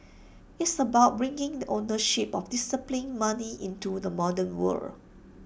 it's about bringing the ownership of disciplined money into the modern world